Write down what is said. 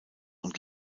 und